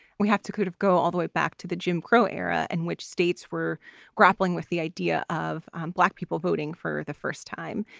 we have to kind of go all the way back to the jim crow era in which states were grappling with the idea of um black people voting for the first time.